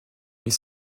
mais